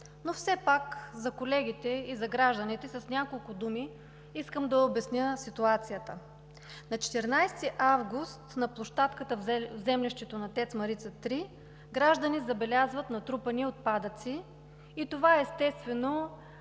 но все пак за колегите и за гражданите с няколко думи искам да обясня ситуацията. На 14 август 2019 г. на площадката в землището на ТЕЦ „Марица 3“ граждани забелязват натрупани отпадъци, и това, естествено,